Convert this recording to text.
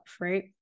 right